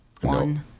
One